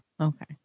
Okay